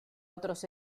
otros